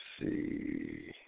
see